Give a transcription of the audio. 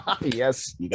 yes